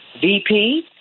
VP